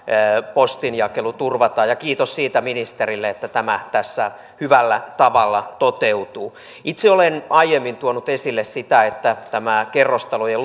postinjakelu turvataan ja kiitos siitä ministerille että tämä tässä hyvällä tavalla toteutuu itse olen aiemmin tuonut esille sitä että kerrostalojen